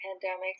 pandemic